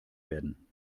werden